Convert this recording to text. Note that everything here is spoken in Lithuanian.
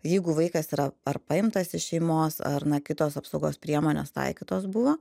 jeigu vaikas yra ar paimtas iš šeimos ar kitos apsaugos priemonės taikytos buvo